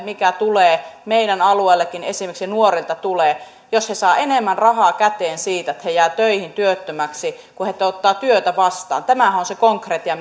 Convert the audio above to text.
mitä tulee meidän alueellakin esimerkiksi nuorilta tulee jos he saavat enemmän rahaa käteen siitä he jäävät ennemmin työttömäksi kuin ottavat työtä vastaan tämähän on se konkretia